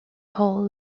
whole